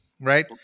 right